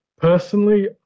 personally